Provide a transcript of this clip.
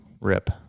Rip